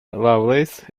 lovelace